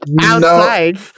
outside